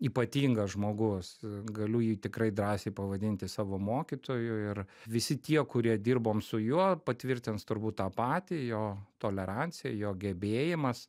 ypatingas žmogus galiu jį tikrai drąsiai pavadinti savo mokytoju ir visi tie kurie dirbom su juo patvirtins turbūt tą patį jo tolerancija jo gebėjimas